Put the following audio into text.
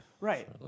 Right